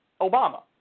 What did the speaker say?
Obama